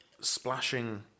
splashing